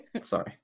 Sorry